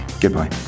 Goodbye